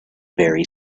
very